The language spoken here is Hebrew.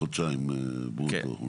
כחודשיים ברוטו.